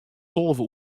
tolve